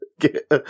Get